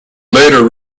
later